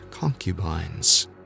Concubines